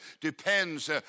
depends